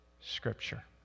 Scripture